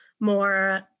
more